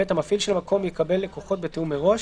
(ב)המפעיל של המקום יקבל לקוחות בתיאום מראש,